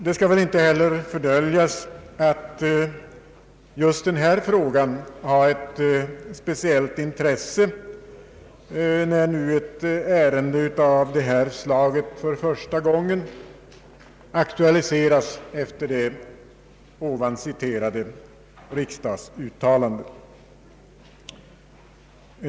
Det skall inte heller fördöljas att just denna fråga har ett speciellt intresse, när nu ett ärende av detta slag för första gången aktualiseras efter det tidigare citerade riksdagsuttalandet.